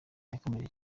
yakomeje